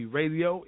radio